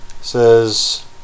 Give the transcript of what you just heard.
says